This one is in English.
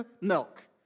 milk